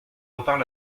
reparle